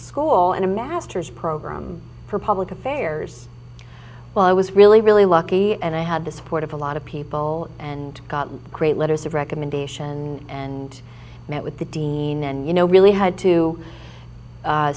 school and a master's program for public affairs well i was really really lucky and i had the support of a lot of people and got great letters of recommendation and met with the dean and you know really had to